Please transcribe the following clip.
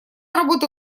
работы